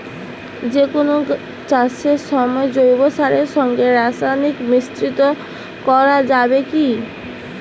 যে কোন চাষের সময় জৈব সারের সঙ্গে রাসায়নিক মিশ্রিত করা যাবে কি?